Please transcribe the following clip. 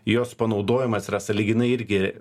jos panaudojimas yra sąlyginai irgi